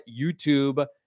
YouTube